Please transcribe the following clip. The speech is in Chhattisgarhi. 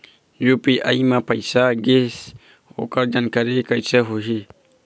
यू.पी.आई म पैसा गिस ओकर जानकारी कइसे होही?